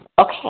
Okay